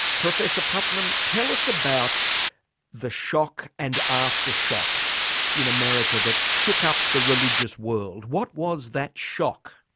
professor putnam, tell us about the shock and aftershock in america that shook up the religious world. what was that shock?